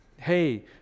hey